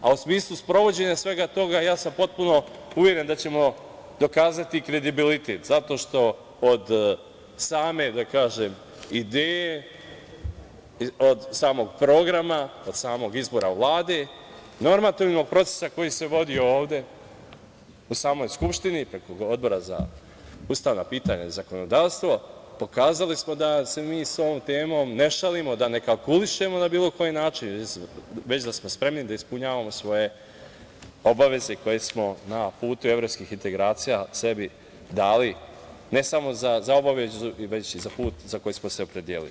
U smislu sprovođenja svega toga ja sam potpuno uveren da ćemo dokazati kredibilitet, zato što od same ideje, od samog programa, od samog izbora Vlade, normativima procesa koji se vode ovde u samoj Skupštini, preko Odbora za ustavna pitanja i zakonodavstvo, pokazali smo da se mi sa ovom temom ne šalimo, da ne kalkulišemo na bilo koji način, već da smo spremni da ispunjavamo svoje obaveze koje smo na putu evropskih integracija sebi dali, ne samo za obavezu, već i za put za koji smo se opredelili.